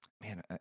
man